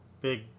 big